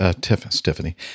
Tiffany